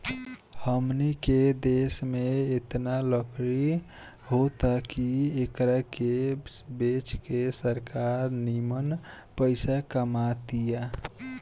हमनी के देश में एतना लकड़ी होता की एकरा के बेच के सरकार निमन पइसा कमा तिया